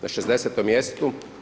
Na 60. mjestu.